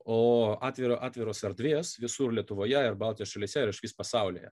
o atviro atviros erdvės visur lietuvoje ir baltijos šalyse ir iš vis pasaulyje